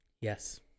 Yes